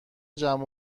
جمع